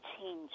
change